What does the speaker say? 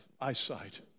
eyesight